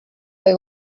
they